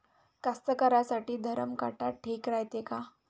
कास्तकाराइसाठी धरम काटा ठीक रायते का?